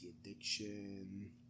Addiction